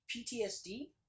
PTSD